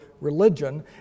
religion